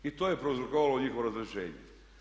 I to je prouzrokovalo njihovo razrješenje.